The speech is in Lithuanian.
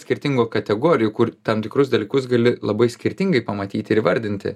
skirtingų kategorijų kur tam tikrus dalykus gali labai skirtingai pamatyti ir įvardinti